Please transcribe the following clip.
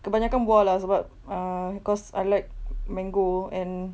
kebanyakan buah lah sebab err cause I like mango and